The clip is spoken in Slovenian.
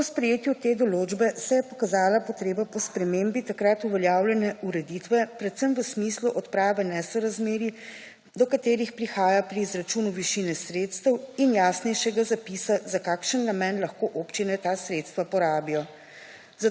Po sprejetju te določbe, se je pokazala potreba po spremembi takrat uveljavljene ureditve, predvsem v smislu odprave nesorazmerij, do katerih prihaja pri izračunu višine sredstev in jasnejšega zapisa, za kakšen namen lahko občine ta sredstva porabijo.